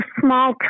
small